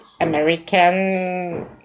American